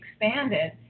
expanded